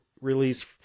release